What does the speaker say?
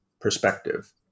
perspective